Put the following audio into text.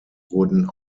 wurden